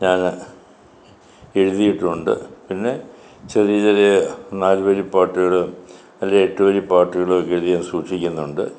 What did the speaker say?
ഞാൻ എഴുതിയിട്ടുണ്ട് പിന്നെ ചെറിയ ചെറിയ നാലുവരി പാട്ടുകളും അല്ലെങ്കിൽ എട്ടുവരി പാട്ടുകളുമൊക്കെ എഴുതി ഞാൻ സൂക്ഷിക്കുന്നുണ്ട്